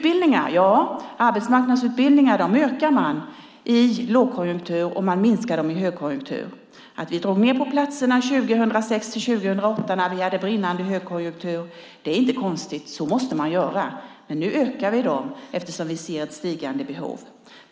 Man ökar arbetsmarknadsutbildningar i lågkonjunktur, och man minskar dem i högkonjunktur. Att vi drog ned på platserna 2006-2008 när vi hade brinnande högkonjunktur är inte konstigt. Så måste man göra. Men nu ökar vi dem, eftersom vi ser ett stigande behov.